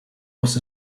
was